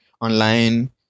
online